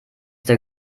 der